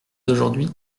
d’aujourd’hui